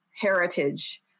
heritage